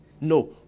no